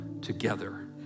together